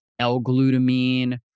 L-glutamine